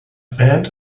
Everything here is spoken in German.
band